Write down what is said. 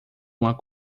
uma